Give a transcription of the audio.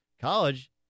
College